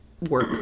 work